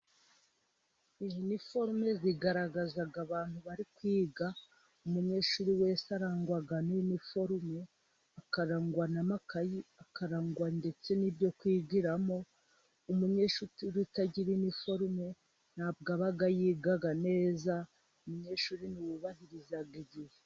Iniforume zigaragaza abantu bari kwiga. Umunyeshuri wese arangwa n'iniforume, akarangwa n'amakayi, akarangwa ndetse n'ibyo kwigiramo. Umunyeshuri utagira iniforume nta bwo aba yiga neza. Umunyeshuri ni uwubahiriza igihe.